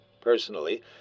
Personally